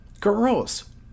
girls